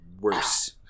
worse